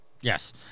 Yes